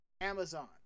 Amazon